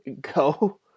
go